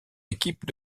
équipes